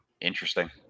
interesting